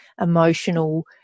emotional